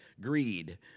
greed